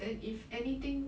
then if anything